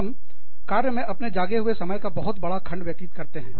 हम कार्य में अपने जागे हुए समय का बहुत बड़ा खंड व्यतीत करते हैं